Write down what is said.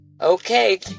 Okay